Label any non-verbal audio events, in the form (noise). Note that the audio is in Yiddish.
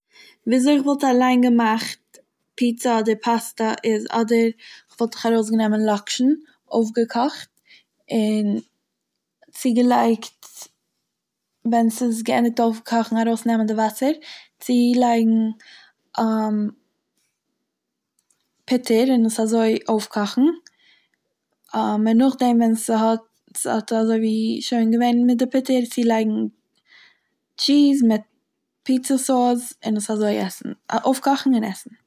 ווי אזוי כ'וואלט אליין געמאכט פיצא אדער פאסטא איז אדער וואלט איך ארויס גענומען לאקשן, אויפגעקאכט און צוגעלייגט ווען ס'איז געענדיגט אויפקאכן ארויסנעמען די וואסער, צולייגן (hesitation) פוטער און עס אזוי אויפקאכן, (hesitation) און נאכדעם ווען ס'האט- ס'האט אזוי ווי שוין געווען מיט די פוטער צולייגן טשיז מיט פיצא סאוס און עס אזוי עסן- אויפקאכן און עסן.